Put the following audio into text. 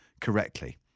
correctly